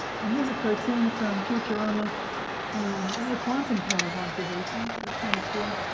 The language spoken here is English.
and here's a cartoon from futurama this is a quantum power of observation it is kind of cool.